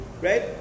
right